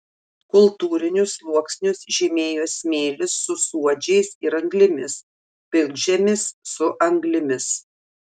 kultūrinius sluoksnius žymėjo smėlis su suodžiais ir anglimis pilkžemis su anglimis